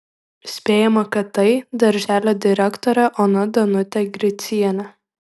spėjama kad tai darželio direktorė ona danutė gricienė